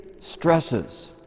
stresses